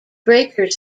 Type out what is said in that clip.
breakers